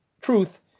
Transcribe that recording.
truth